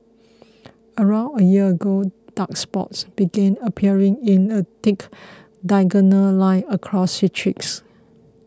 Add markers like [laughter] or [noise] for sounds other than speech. [noise] around a year ago dark spots began appearing in a thick diagonal line across his cheeks